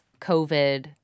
COVID